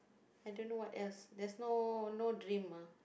I don't know what else there's no no dream ah